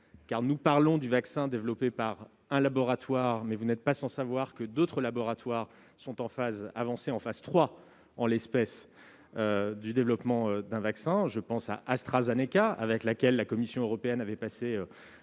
nous parlons du vaccin développé par un laboratoire en particulier, vous n'êtes pas sans savoir que d'autres laboratoires en sont à une phase avancée, autrement dit à la phase 3, du développement d'un vaccin- je pense à AstraZeneca, avec lequel la Commission européenne avait passé